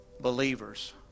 believers